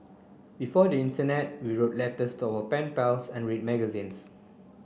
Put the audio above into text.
before the internet we wrote letters to our pen pals and read magazines